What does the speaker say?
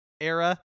era